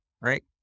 right